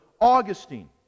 augustine